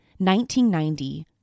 1990